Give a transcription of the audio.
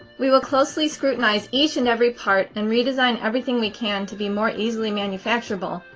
we will closely scrutinize each and every part, and redesign everything we can to be more easily manufacturable,